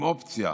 עם אופציה